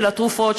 של התרופות,